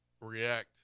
react